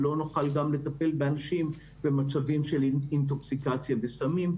ולא נוכל גם לטפל באנשים במצבים של אינטוקסיקציה וסמים.